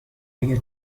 اگه